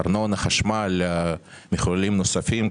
ארנונה, חשמל, מחוללים נוספים.